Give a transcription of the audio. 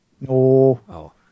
No